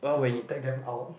to take them out